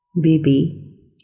Baby